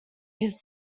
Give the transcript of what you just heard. his